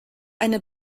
eine